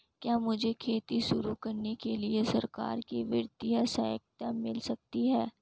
क्या मुझे खेती शुरू करने के लिए सरकार से वित्तीय सहायता मिल सकती है?